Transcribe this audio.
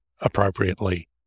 appropriately